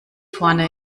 vorne